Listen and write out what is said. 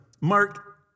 Mark